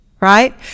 right